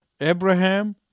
Abraham